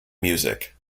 music